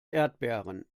erdbeeren